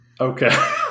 Okay